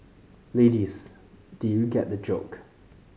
ladies did you get the joke